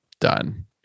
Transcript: done